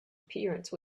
appearance